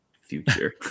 future